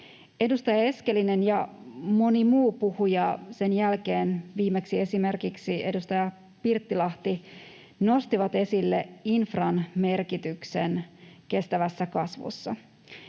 Edustaja Eskelinen ja moni muu puhuja sen jälkeen, viimeksi esimerkiksi edustaja Pirttilahti, nostivat esille infran merkityksen kestävässä kasvussa